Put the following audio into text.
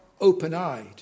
open-eyed